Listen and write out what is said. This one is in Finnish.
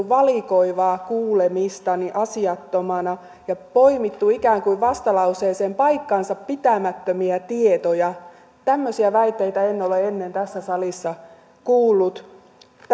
valikoivaa kuulemista asiattomina ja että ikään kuin vastalauseeseen paikkaansa pitämättömiä tietoja tämmöisiä väitteitä en ole ennen tässä salissa kuullut